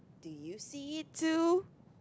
do you see it too